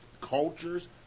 culture's